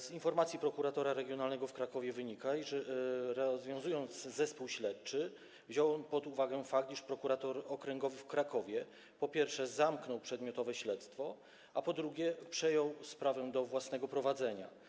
Z informacji prokuratora regionalnego w Krakowie wynika, iż rozwiązując zespół śledczych, wziął on pod uwagę fakt, iż prokurator okręgowy w Krakowie, po pierwsze, zamknął przedmiotowe śledztwo, a po drugie, przejął sprawę do prowadzenia.